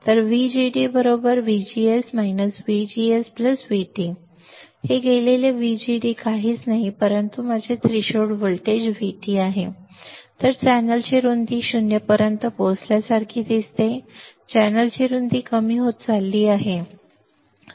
तर VGD VGS VGS VT हे गेलेले व्हीजीडी काहीच नाही परंतु माझे थ्रेशोल्ड व्होल्टेज व्हीटी आहे तर चॅनेलची रुंदी 0 पर्यंत पोहोचल्यासारखी दिसते चॅनेलची रुंदी कमी होत चालली आहे